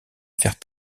faire